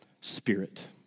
spirit